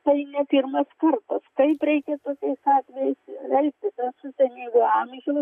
tai ne pirmas kartas kaip reikia tokiais atvejais elgtis esu senyvo amžiaus